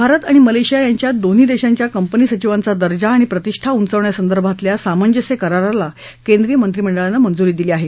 भारत आणि मलेशिया यांच्यात दोन्ही देशांच्या कंपनी सचिवांचा दर्जा आणि प्रतिष्ठा उंचावण्यासंदर्भातल्या सामंजस्य कराराला केंद्रीय मंत्रिमंडळानं मंजुरी दिली आहे